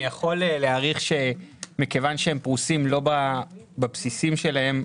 אני יכול להעריך שכיוון שהם פרושים לא בבסיסים שלהם,